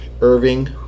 Irving